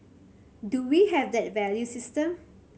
do we have that value system